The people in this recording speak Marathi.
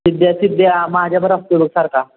सिद्ध्या सिद्ध्या माझ्याबरोबर असतो बघ सारखा